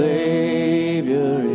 Savior